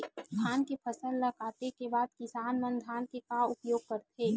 धान के फसल ला काटे के बाद किसान मन धान के का उपयोग करथे?